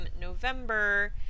November